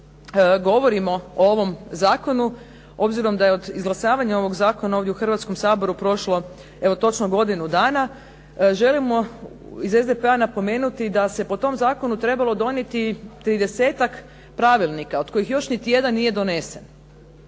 kolege govorimo o ovom zakonu obzirom da je od izglasavanja ovog zakona u Hrvatskom saboru prošlo evo točno godinu dana želimo iz SDP-a napomenuti da se po tom zakonu trebalo donijeti 30-tak pravilnika od kojih još niti jedan nije donesen.